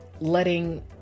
letting